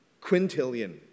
Quintillion